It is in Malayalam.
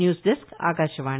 news desk Akashvani